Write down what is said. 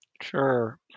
Sure